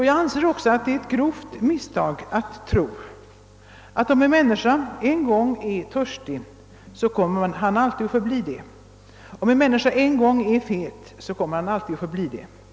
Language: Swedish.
Jag anser också att det är ett grovt misstag att tro att om en människa en gång är »törstig» kommer han alltid att förbli det, om en människa en gång är fet så kommer han alltid att förbli det o.s.v.